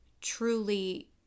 truly